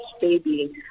Baby